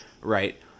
Right